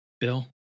Bill